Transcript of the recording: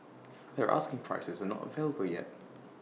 their asking prices are not available yet